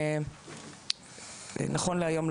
נכון להיום,